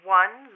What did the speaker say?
one